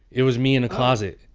it was me in a closet,